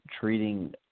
treating